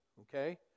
okay